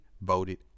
voted